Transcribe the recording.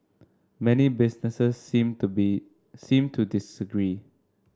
many businesses seem to be seem to disagree